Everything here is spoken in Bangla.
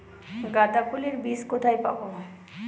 গাঁদা ফুলের বীজ কোথায় পাবো?